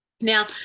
now